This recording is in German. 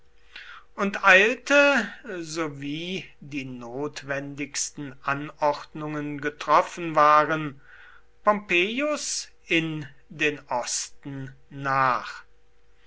und eilte sowie die notwendigsten anordnungen getroffen waren pompeius in den osten nach